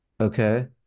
Okay